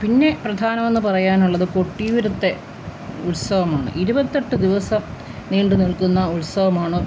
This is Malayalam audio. പിന്നെ പ്രധാനമെന്ന് പറയാനുള്ളത് കൊട്ടിയൂരത്തെ ഉത്സവമാണ് ഇരുപത്തെട്ട് ദിവസം നീണ്ടുനിൽക്കുന്ന ഉത്സവമാണ്